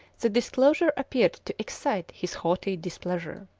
the disclosure appeared to excite his haughty displeasure.